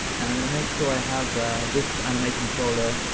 and i'm gonna make sure i have this animationcontroller,